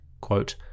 quote